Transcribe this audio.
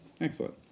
Excellent